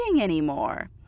anymore